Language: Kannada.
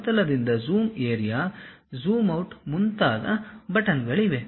ಸಮತಲದಿಂದ ಜೂಮ್ ಏರಿಯಾ ಜೂಮ್ ಔಟ್ ಮುಂತಾದ ಬಟನ್ಗಳಿವೆ